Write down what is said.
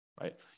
right